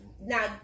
Now